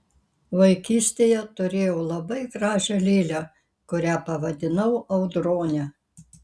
vaikystėje turėjau labai gražią lėlę kurią pavadinau audrone